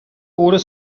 order